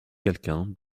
quelqu’un